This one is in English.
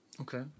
Okay